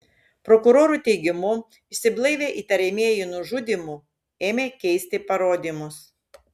prokurorų teigimu išsiblaivę įtariamieji nužudymu ėmė keisti parodymus